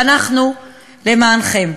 ואנחנו למענכם.